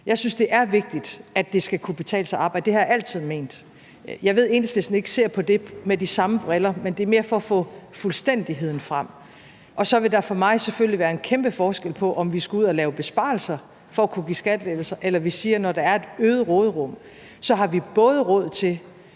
Jeg synes, det er vigtigt, at det skal kunne betale sig at arbejde, og det har jeg altid ment. Jeg ved, at Enhedslisten ikke ser på det med de samme briller, men det er mere for at få fuldstændigheden frem. Og så vil der for mig selvfølgelig være en kæmpe forskel på, om vi skal ud at lave besparelser for at kunne give skattelettelser eller vi siger, at når der er et øget råderum, har vi både råd til